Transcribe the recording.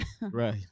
Right